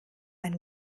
ein